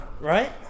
right